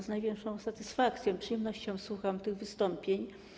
Z największą satysfakcją i przyjemnością słucham tych wystąpień.